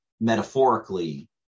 metaphorically